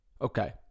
Okay